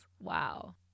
Wow